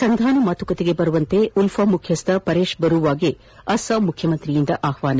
ಸಂಧಾನ ಮಾತುಕತೆಗೆ ಬರುವಂತೆ ಉಲ್ಫಾ ಮುಖ್ಯಸ್ಥ ಪರೇಶ್ ಬರುವಾಗೆ ಅಸ್ಲಾಂ ಮುಖ್ಯಮಂತ್ರಿಯಿಂದ ಆಹ್ವಾನ